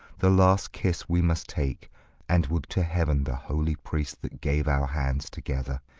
the last kiss we must take and would to heaven the holy priest that gave our hands together,